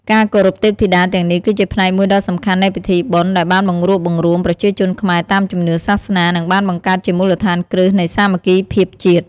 ការគោរពទេពធីតាទាំងនេះគឺជាផ្នែកមួយដ៏សំខាន់នៃពិធីបុណ្យ ដែលបានបង្រួបបង្រួមប្រជាជនខ្មែរតាមជំនឿសាសនា និងបានបង្កើតជាមូលដ្ឋានគ្រឹះនៃសាមគ្គីភាពជាតិ។